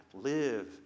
Live